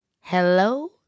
Hello